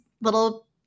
little